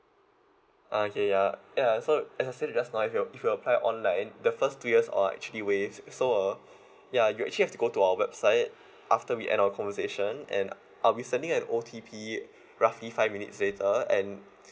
ah okay ya ya so as I said just now if you if you apply online the first two years are actually waived so uh ya you actually have to go to our website after we end our conversation and I'll be sending an O_T_P roughly five minutes later and